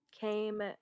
came